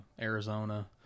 Arizona